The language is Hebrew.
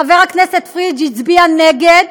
חבר הכנסת פריג', הצביע נגד.